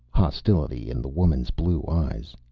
hostility in the woman's blue eyes.